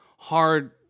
Hard